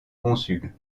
consul